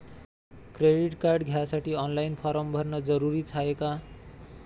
Credit card घ्यासाठी online form भरन जरुरीच हाय का?